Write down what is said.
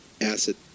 acid